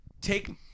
Take